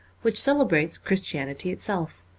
which celebrates christianity itself.